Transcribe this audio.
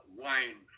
wine